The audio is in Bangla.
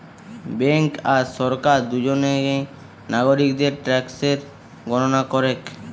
বেঙ্ক আর সরকার দুজনেই নাগরিকদের ট্যাক্সের গণনা করেক